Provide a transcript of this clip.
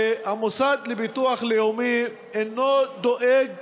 המוסד לביטוח לאומי אינו דואג